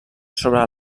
sobre